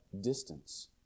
distance